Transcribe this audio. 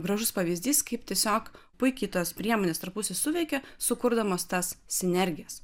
gražus pavyzdys kaip tiesiog puikiai tos priemonės tarpusavy suveikė sukurdamos tas sinergijas